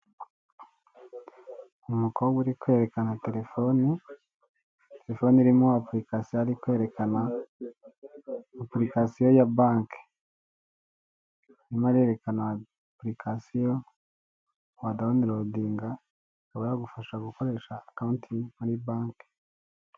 Umukobwa uri kwerekana telefone. Telefone irimo apulikasiyo ari kwerekana, apulikasiyo ya banke. Arimo arerekana apulikasiyo wadawunirodinga ikaba yagufasha gukoresha akawunti muri banke.